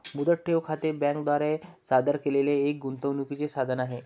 मुदत ठेव खाते बँके द्वारा सादर केलेले एक गुंतवणूकीचे साधन आहे